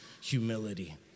humility